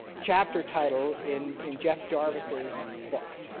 chapter title in in jeff jarvis's book,